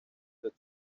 that